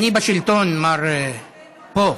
אני בשלטון, מר, פה.